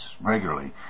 regularly